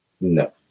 No